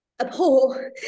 abhor